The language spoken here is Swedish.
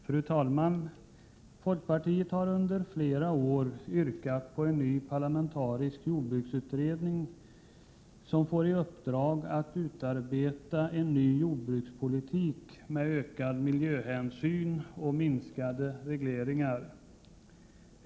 Fru talman! Folkpartiet har under flera år yrkat på att en ny parlamentarisk jordbruksutredning tillsätts, som får i uppdrag att utarbeta en ny jordbrukspolitik med ökad miljöhänsyn och minskade regleringar.